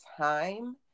time